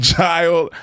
child